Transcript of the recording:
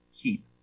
keep